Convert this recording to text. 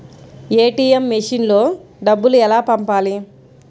ATM మెషిన్లో డబ్బులు ఎలా పంపాలి?